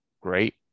great